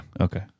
Okay